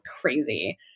crazy